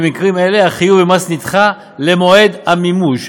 במקרים אלה החיוב במס נדחה למועד המימוש.